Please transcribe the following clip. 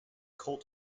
cult